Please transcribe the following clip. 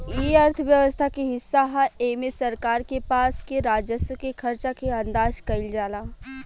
इ अर्थव्यवस्था के हिस्सा ह एमे सरकार के पास के राजस्व के खर्चा के अंदाज कईल जाला